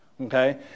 okay